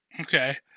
Okay